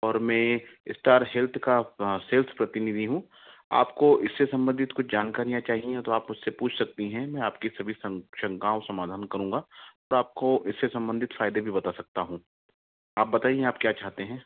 और मैं Star Health का सेल्स प्रतिनिधि हूँ आपको इससे संबंधित कुछ जानकारीयाँ चाहिए तो आप मुझसे पूछ सकती हैं मैं आपकी सभी शान शंकाओं समाधान करूंगा और आपको इससे संबंधित फायदे भी बता सकता हूँ आप बताइए आप क्या चाहते हैं